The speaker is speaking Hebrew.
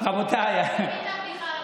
אמרתי לו את הבדיחה.